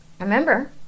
Remember